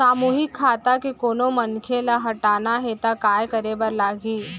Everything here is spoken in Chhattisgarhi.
सामूहिक खाता के कोनो मनखे ला हटाना हे ता काय करे बर लागही?